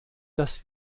dass